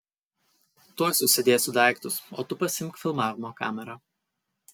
tuoj susidėsiu daiktus o tu pasiimk filmavimo kamerą